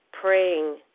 praying